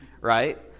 right